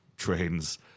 trains